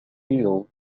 field